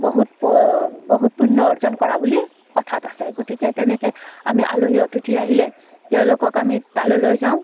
বহুত বহুত পূণ্য অৰ্জন কৰা বুলি কথাত আছে গতিকে তেনেকৈ আমি আলহী অতিথি আহিলে তেওঁলোকক আমি তালৈ লৈ যাওঁ